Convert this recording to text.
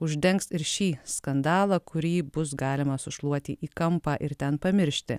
uždengs ir šį skandalą kurį bus galima sušluoti į kampą ir ten pamiršti